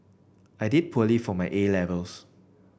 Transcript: I did poorly for my A Levels